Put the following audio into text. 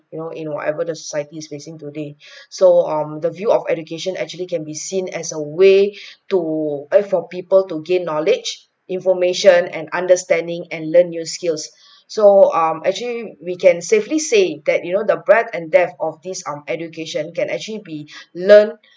you know in whatever the society is facing today so um the view of education actually can be seen as a way to a for people to gain knowledge information and understanding and learn new skills so um actually we can safely say that you know the breadth and depth of these um education can actually be learn